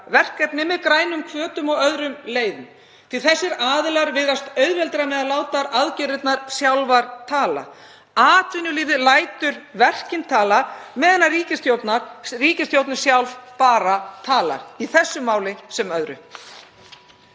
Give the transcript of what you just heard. verkefni með grænum hvötum og öðrum leiðum. Þessir aðilar virðast eiga auðveldara með að láta aðgerðirnar sjálfar tala. Atvinnulífið lætur verkin tala á meðan ríkisstjórnin sjálf bara talar í þessu máli sem öðrum.